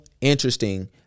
interesting